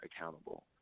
accountable